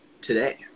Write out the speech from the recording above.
today